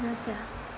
ya sia